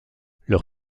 leur